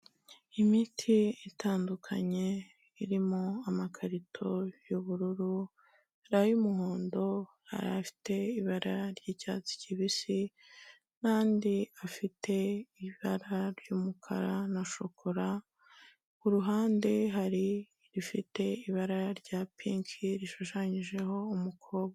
Imiti itandukanye irimo amakarito y'ubururu, hari ay'umuhondo, hari afite ibara ry'icyatsi kibisi n'andi afite ibara ry'umukara na shokora, ku ruhande hari ifite ibara rya pinki rishushanyijeho umukobwa.